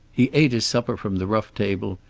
he ate his supper from the rough table,